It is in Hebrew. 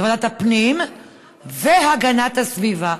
זו ועדת הפנים והגנת הסביבה,